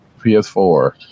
PS4